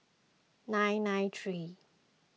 nine nine three